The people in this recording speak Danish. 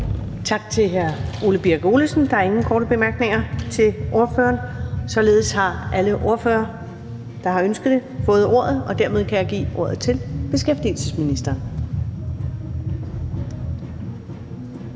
Tak til hr. Ole Birk Olesen. Der er ingen korte bemærkninger til ordføreren. Således har alle ordførere, der har ønsket det, fået ordet, og dermed kan jeg give ordet til beskæftigelsesministeren.